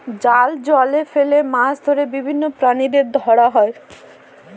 জাল জলে ফেলে মাছ আর বিভিন্ন প্রাণীদের ধরা হয়